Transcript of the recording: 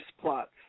plots